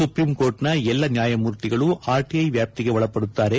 ಸುಪ್ರೀಂಕೋರ್ಟ್ನ ಎಲ್ಲ ನ್ಯಾಯಮೂರ್ತಿಗಳೂ ಆರ್ಟಿಐ ವ್ಯಾಪ್ತಿಗೆ ಒಳಪಡುತ್ತಾರೆ